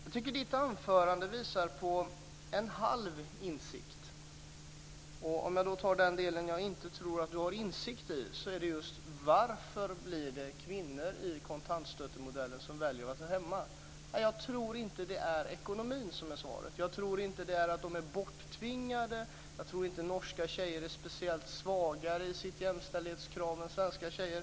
Fru talman! Jag tycker att Martin Nilssons inlägg visar på en halv insikt. När det gäller den del som jag inte tror att Martin Nilsson har insikt i handlar det just om varför det blir kvinnor som i kontantstøttemodellen som väljer att vara hemma. Jag tror inte att det är det ekonomiska som är svaret. Jag tror inte heller att det handlar om att de är borttvingade. Vidare tror jag inte att norska tjejer är speciellt svagare i sina jämställdhetskrav än svenska tjejer.